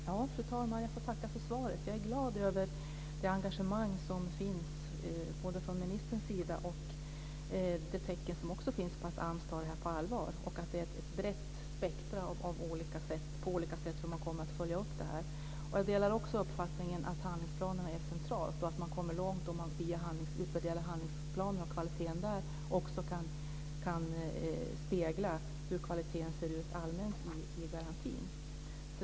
Fru talman! Jag får tacka för svaret. Jag är glad över det engagemang som finns från ministerns sida. Jag är också glad över de tecken som finns på att AMS tar detta på allvar och på att det är ett brett spektrum av olika sätt som man kommer att följa upp det här på. Jag delar också uppfattningen att handlingsplanerna är centrala och att man kommer långt om man via att utvärdera handlingsplanerna och kvaliteten där också kan spegla hur kvaliteten ser ut allmänt i garantin.